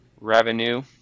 revenue